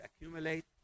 accumulate